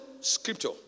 scripture